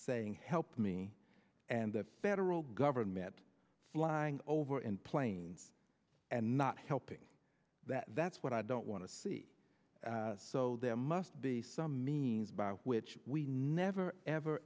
saying help me and the federal government flying over in planes and not helping that's what i don't want to see so there must be some means by which we never ever